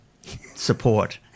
support